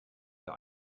der